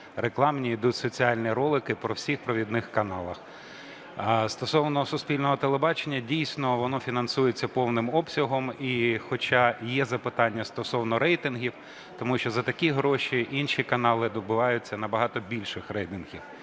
рекламній ідуть соціальні ролики на всіх провідних каналах. А стосовно суспільного телебачення, дійсно, воно фінансується повним обсягом. І хоча є запитання стосовно рейтингів, тому що за такі гроші інші канали добиваються набагато більших рейтингів.